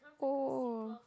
oh